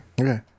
Okay